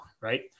right